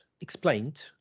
explained